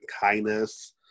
kindness